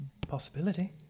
possibility